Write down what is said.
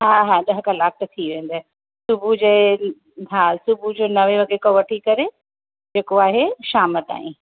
हा हा ॾह कलाक त थी वेंदये सुबुह जे हा सुबुह जे नवे वॻे खां वठी करे जेको आहे शाम ताईं